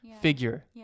figure